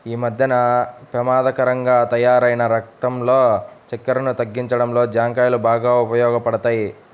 యీ మద్దెన పెమాదకరంగా తయ్యారైన రక్తంలో చక్కెరను తగ్గించడంలో జాంకాయలు బాగా ఉపయోగపడతయ్